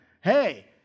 Hey